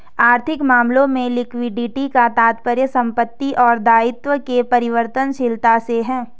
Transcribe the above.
आर्थिक मामलों में लिक्विडिटी का तात्पर्य संपत्ति और दायित्व के परिवर्तनशीलता से है